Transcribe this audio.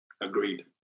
Agreed